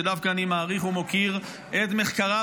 שדווקא אני מעריך ומוקיר את מחקריו,